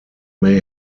may